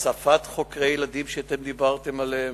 הוספת חוקרי ילדים, שאתם דיברתם עליהם,